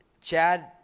Chad